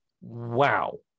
wow